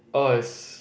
oh it's